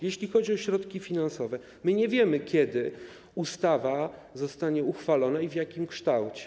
Jeśli chodzi o środki finansowe, nie wiemy, kiedy ustawa zostanie uchwalona i w jakim kształcie.